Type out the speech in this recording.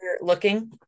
looking